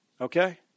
okay